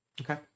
Okay